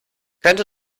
könnte